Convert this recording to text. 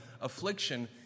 affliction